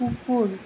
কুকুৰ